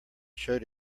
showed